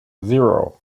zero